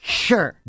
sure